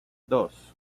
dos